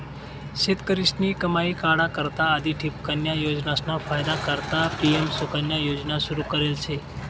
शेतकरीस्नी कमाई वाढा करता आधी ठिबकन्या योजनासना फायदा करता पी.एम.कुसुम योजना सुरू करेल शे